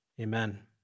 Amen